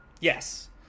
Yes